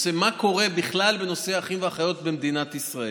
מה קורה בכלל בנושא אחים ואחיות במדינת ישראל?